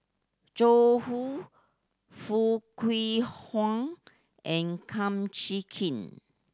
Zhu Foo Kwee Horng and Kum Chee Kin